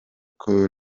көп